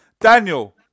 Daniel